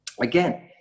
again